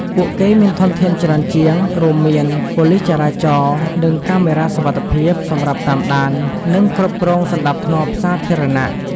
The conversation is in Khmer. ពួកគេមានធនធានច្រើនជាង រួមមាន ប៉ូលិសចរាចរណ៍ និងកាមេរ៉ាសុវត្ថិភាព សម្រាប់តាមដាន និងគ្រប់គ្រងសណ្តាប់ធ្នាប់សាធារណៈ។